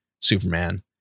Superman